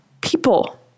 people